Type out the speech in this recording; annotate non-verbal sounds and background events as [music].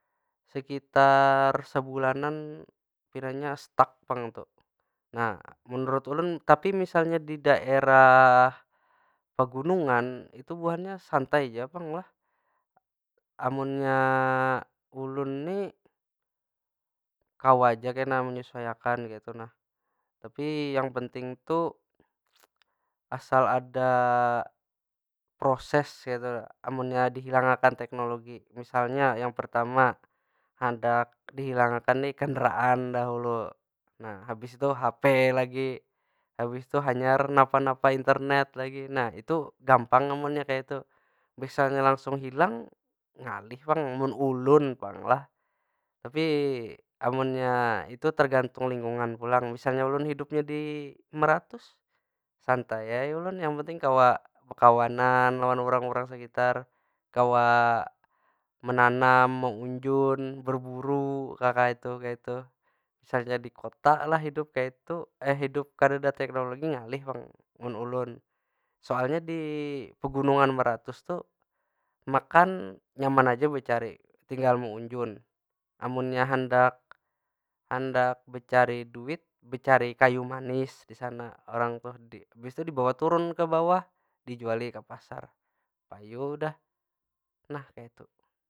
Sekitar sebulanan pinanya stuck pang tu. Nah, menurut ulun tapi misalnya di daerah pegunungan itu buhannya santai ja pang lah. Amunnya ulun ni, kawa aja kena menyesuai akan kaytu nah. Tapi yang penting tu asal ada proses kaytu nah, amun dihilang akan teknologi. Misalnya yang pertama handak dihilang akan nih kendaraan dahulu. Nah habis tu hape lagi. Habis tu hanyar napa- napa, internet lagi. Nah itu gampang amunnya kaytu. Misalnya langsugn hilang ngalih pang, mun ulun pang lah. Tapi amunnya itu, tergantung lingkungan pulang. Misalnya ulun hidupnya di meratus, santai ai ulun. Yang penting kawa bekawanan lawan urang- urang sekitar. Kawa menanam, meunjun, berburu, kakayitu kaytu. Misalnya di kota lah hidup kaytu, [hesitation] hidup kadeda teknologi ngalih pang, mun ulun. Soalnya di pegunungan meratus tu makan nyaman aja becari, tinggal meunjun. Amunnya handak- handak becari duit, becari kayu manis di sana urang tuh. Habis tu dibawa turun ke bawah, dijuali ke pasar. Payu dah, nah kaytu.